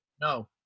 No